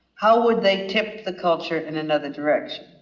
how would they tip the culture in another direction?